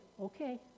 okay